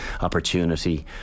opportunity